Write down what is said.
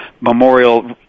Memorial